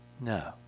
No